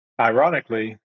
ironically